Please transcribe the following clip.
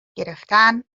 گرفتن